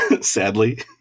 sadly